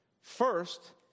First